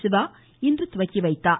சிவா இன்று தொடங்கி வைத்தார்